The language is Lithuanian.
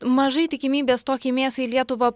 mažai tikimybės tokiai mėsai į lietuvą